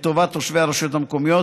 לטובת תושבי הרשויות המקומיות.